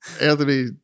Anthony